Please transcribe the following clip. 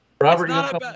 Robert